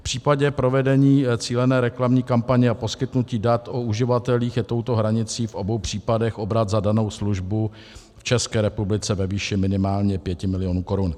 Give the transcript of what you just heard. V případě provedení cílené reklamní kampaně o poskytnutí dat o uživatelích je touto hranicí v obou případech obrat za danou službu v České republice ve výši minimálně 5 mil. korun.